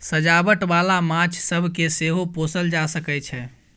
सजावट बाला माछ सब केँ सेहो पोसल जा सकइ छै